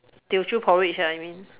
Teochew porridge ah you mean